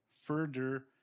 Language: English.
further